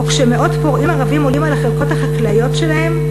או כשמאות פורעים ערבים עולים על החלקות החקלאיות שלהם.